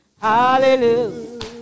hallelujah